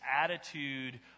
attitude